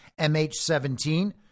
MH17